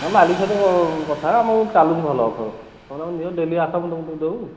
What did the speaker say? ହଁ ମାଲିକ ସହିତ କଥା ହେବା ଆମର ଚାଲୁଛି ଭଲ ଅଫର୍ ତମେ ପରା ନିଅ ଡେଲି ଆସ ମୁଁ ତୁମକୁ ଦେଉ